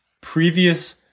previous